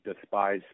despise